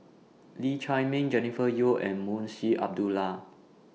Lee Chiaw Meng Jennifer Yeo and Munshi Abdullah